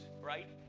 right